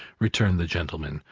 returned the gentleman,